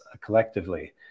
collectively